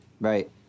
Right